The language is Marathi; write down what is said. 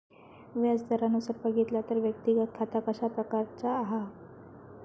व्याज दरानुसार बघितला तर व्यक्तिगत खाता कशा प्रकारचा हा?